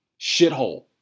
Shithole